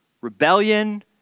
rebellion